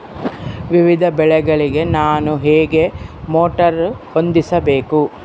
ವಿವಿಧ ಬೆಳೆಗಳಿಗೆ ನಾನು ಹೇಗೆ ಮೋಟಾರ್ ಹೊಂದಿಸಬೇಕು?